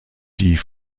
die